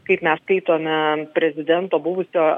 kaip mes skaitome prezidento buvusio